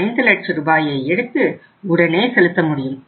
5 லட்ச ரூபாயை எடுத்து உடனே செலுத்த முடியும்